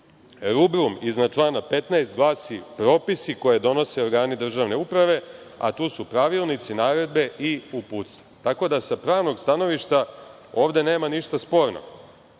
rubrum iznad člana 15. glasi: „Propisi koje donose organi državne uprave“, a tu su pravilnici, naredbe i uputstva. Tako da sa pravnog stanovišta ovde nema ništa sporno. Zatim,